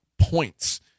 points